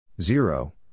zero